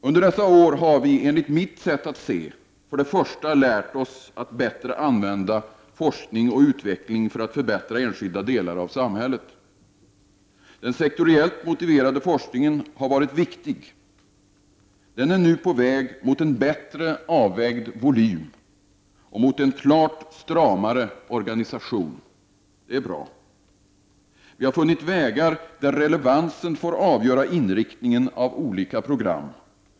Under dessa år har vi enligt mitt sätt att se för det första lärt oss att bättre använda forskning och utveckling för att förbättra enskilda delar av samhället. Den sektoriellt motiverade forskningen har varit viktig. Den är nu på väg mot en bättre avvägd volym och en klart stramare organisation, och det är bra. Vi har funnit vägar där relevansen får avgöra inriktningen av olika program.